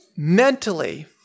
Mentally